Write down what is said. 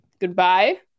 Goodbye